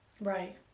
Right